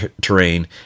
terrain